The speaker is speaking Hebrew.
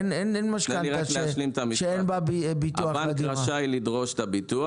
אין משכנתה שאין בה ביטוח לדירה.